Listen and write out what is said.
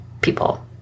people